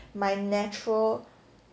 my natural